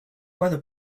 weather